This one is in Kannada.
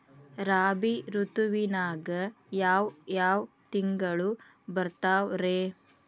ರಾಬಿ ಋತುವಿನಾಗ ಯಾವ್ ಯಾವ್ ತಿಂಗಳು ಬರ್ತಾವ್ ರೇ?